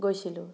গৈছিলোঁ